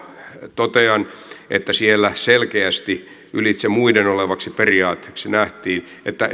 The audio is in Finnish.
totean että siellä selkeästi ylitse muiden olevaksi periaatteeksi nähtiin että